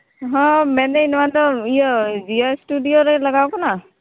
ᱦᱮᱸ ᱢᱮᱱᱫᱟᱹᱧ ᱱᱚᱣᱟ ᱫᱚ ᱤᱭᱟᱹ ᱡᱤ ᱟᱭ ᱥᱴᱩᱰᱤᱭᱳ ᱨᱮ ᱞᱟᱜᱟᱣ ᱟᱠᱟᱱᱟ